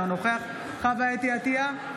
אינו נוכח חוה אתי עטייה,